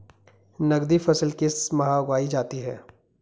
नकदी फसल किस माह उगाई जाती है?